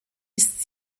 ist